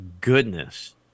goodness